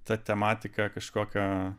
ta tematika kažkokia